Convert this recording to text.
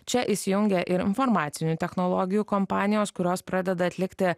čia įsijungia ir informacinių technologijų kompanijos kurios pradeda atlikti